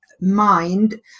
mind